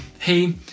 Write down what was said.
hey